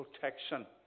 protection